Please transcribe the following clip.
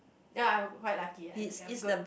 ya I quite lucky I'm I'm good